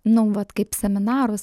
na vat kaip seminarus